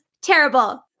terrible